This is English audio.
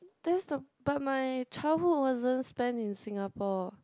there's some but my childhood wasn't spent in Singapore